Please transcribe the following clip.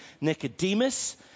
Nicodemus